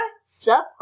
support